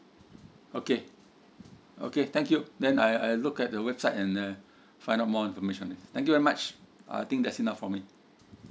okay okay thank you then I I look at the website and uh find out more information thank you very much I think that's enough for me